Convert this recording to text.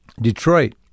Detroit